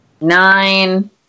Nine